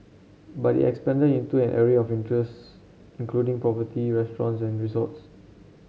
but it expanded into an array of interests including property restaurants and resorts